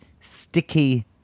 sticky